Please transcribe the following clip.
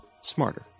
Smarter